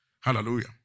Hallelujah